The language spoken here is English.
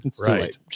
right